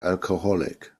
alcoholic